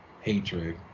hatred